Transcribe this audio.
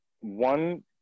one